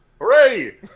Hooray